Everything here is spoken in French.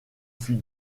fut